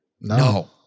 No